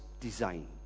design